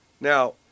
Now